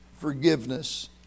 forgiveness